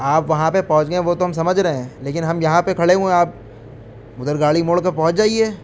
آپ وہاں پہ پہنچ گئے وہ تو ہم سمجھ رہے ہیں لیکن ہم یہاں پہ کھڑے ہوئے ہیں آپ ادھر گاڑی موڑ کر پہنچ جائیے